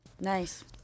Nice